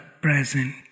present